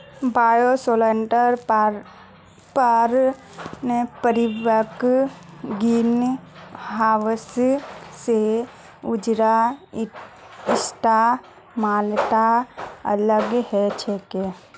bioshelter पारंपरिक greenhouse स ऊर्जार इस्तमालत अलग ह छेक